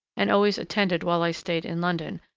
and always attended while i stayed in london,